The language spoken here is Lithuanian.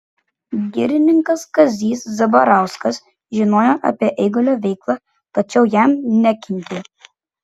girininkas kazys zabarauskas žinojo apie eigulio veiklą tačiau jam nekenkė